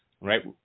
right